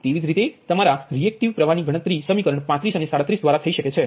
તેવી જ રીતે તમારા રિએકટીવ પ્રવાહની ગણતરી સમીકરણ અને દ્વારા કરવામાં આવે છે